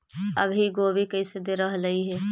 अभी गोभी कैसे दे रहलई हे?